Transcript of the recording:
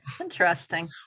Interesting